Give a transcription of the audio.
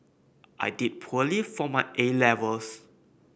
I did poorly for my A Levels